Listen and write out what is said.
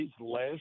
last